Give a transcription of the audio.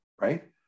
right